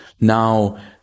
Now